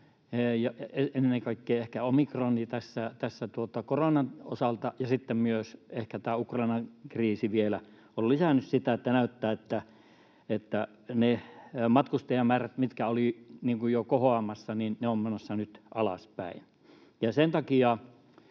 ennen kaikkea ehkä omikroni tässä koronan osalta, ja sitten myös ehkä Ukrainan kriisi vielä on lisännyt sitä — näyttää, että ne matkustajamäärät, mitkä olivat jo kohoamassa, ovat menossa nyt alaspäin. Sen takia